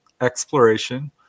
exploration